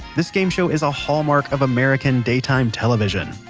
this game show is a hallmark of american daytime television.